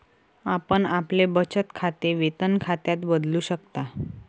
आपण आपले बचत खाते वेतन खात्यात बदलू शकता